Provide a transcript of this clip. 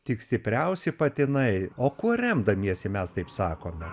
tik stipriausi patinai o kuo remdamiesi mes taip sakome